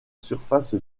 surface